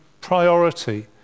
priority